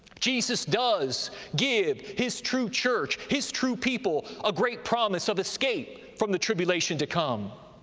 jesus does give his true church, his true people a great promise of escape from the tribulation to come.